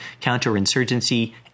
counterinsurgency